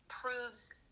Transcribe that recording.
proves